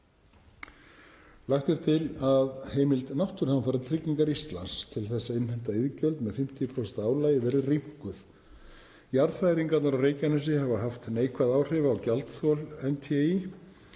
Lagt er til að heimild Náttúruhamfaratryggingar Íslands til þess að innheimta iðgjöld með 50% álagi verði rýmkuð. Jarðhræringarnar á Reykjanesi hafa haft neikvæð áhrif á gjaldþol NTÍ